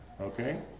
okay